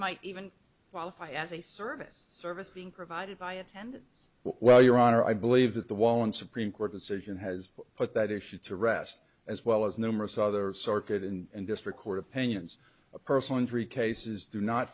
might even qualify as a service service being provided by attendants well your honor i believe that the wall in supreme court decision has put that issue to rest as well as numerous other circuit and district court opinions a personal injury cases do not